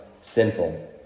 sinful